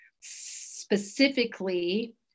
specifically